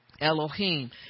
Elohim